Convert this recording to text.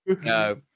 No